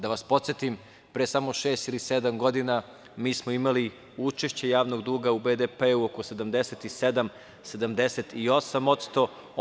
Da vas podsetim, pre samo šest ili sedam godina mi smo imali učešće javnog duga u BDP-u oko 77-78%